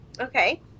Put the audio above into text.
Okay